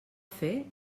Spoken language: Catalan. fer